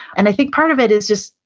and i think part of it is just,